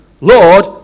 Lord